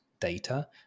data